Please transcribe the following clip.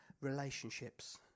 relationships